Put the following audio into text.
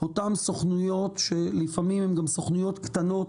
אותם סוכנויות שלפעמים הם גם סוכנויות קטנות,